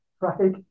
right